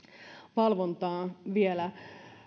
valvontaan vielä